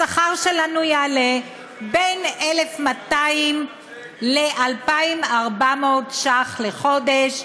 השכר שלנו יעלה ב-1,200 2,400 ש"ח לחודש,